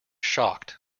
shocked